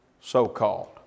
so-called